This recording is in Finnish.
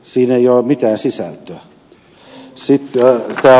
siinä ei ole mitään sisältöä